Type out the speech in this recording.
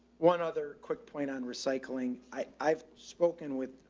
one other quick point on recycling. i, i've spoken with,